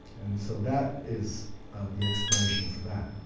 and so that is the explanation for that.